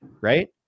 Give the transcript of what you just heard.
Right